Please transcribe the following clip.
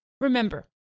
Remember